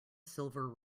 silver